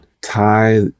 tie